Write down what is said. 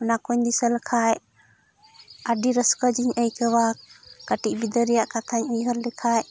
ᱚᱱᱟ ᱠᱚᱧ ᱫᱤᱥᱟᱹ ᱞᱮᱠᱷᱟᱱ ᱟᱹᱰᱤ ᱨᱟᱹᱥᱠᱟᱹ ᱜᱮᱧ ᱟᱹᱭᱠᱟᱹᱣᱟ ᱠᱟᱹᱴᱤᱡ ᱵᱤᱫᱟᱹᱞ ᱨᱮᱭᱟᱜ ᱠᱟᱛᱷᱟᱧ ᱩᱭᱦᱟᱹᱨ ᱞᱮᱠᱷᱟᱱ